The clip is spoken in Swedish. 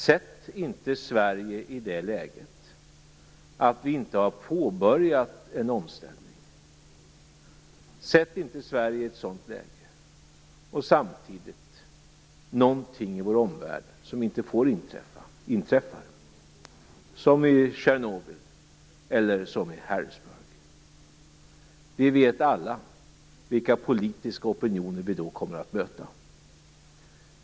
Sätt inte oss i Sverige i ett sådant läge att vi inte har påbörjat en omställning och att någonting samtidigt inträffar i vår omvärld som inte får inträffa, som i Tjernobyl eller Harrisburg. Vi vet alla vilka politiska opinioner vi då kommer att möta.